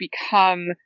become